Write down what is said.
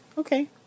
Okay